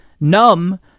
numb